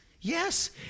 Yes